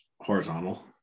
horizontal